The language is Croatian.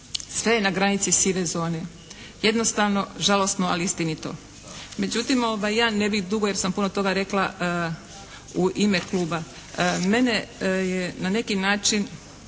Sve je na granici sive zone. Jednostavno žalosno ali istinito. Međutim ja ne bih dugo jer sam puno toga rekla u ime kluba. Mene je na neki način